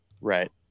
Right